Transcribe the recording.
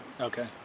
Okay